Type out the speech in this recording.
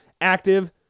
active